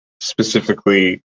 Specifically